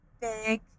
big